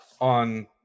on